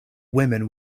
women